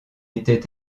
était